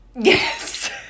Yes